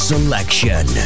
Selection